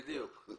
בדיוק.